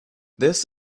this